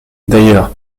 d’ailleurs